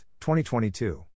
2022